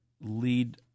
lead